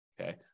Okay